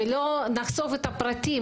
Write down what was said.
ולא נחשוף את הפרטים,